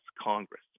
Congress